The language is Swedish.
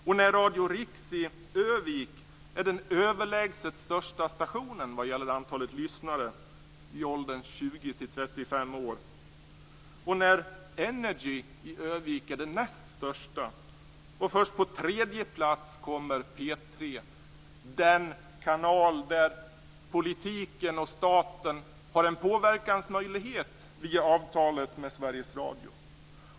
Radio Rix i Örnsköldsvik är den överlägset största stationen när det gäller antalet lyssnare i åldern 20-35 år. NRJ i Örnsköldsvik är den näst största stationen. Först på tredje plats kommer P 3, den kanal där politiken och staten har en påverkansmöjlighet via avtalet med Sveriges Radio.